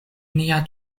nia